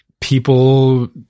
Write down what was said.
people